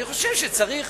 אני חושב שצריך